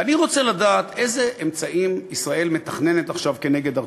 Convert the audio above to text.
ואני רוצה לדעת איזה אמצעים ישראל מתכננת עכשיו כנגד ארצות-הברית.